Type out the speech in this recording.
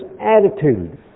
attitude